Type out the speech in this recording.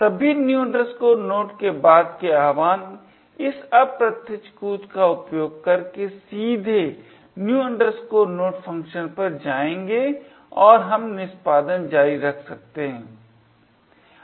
सभी new node के बाद के आह्वान इस अप्रत्यक्ष कूद का उपयोग करके सीधे new node फ़ंक्शन पर जाएंगे और हम निष्पादन जारी रख सकते हैं